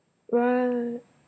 right